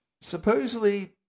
Supposedly